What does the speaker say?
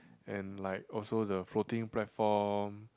and like also the floating platform